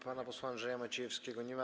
Pana posła Andrzeja Maciejewskiego nie ma.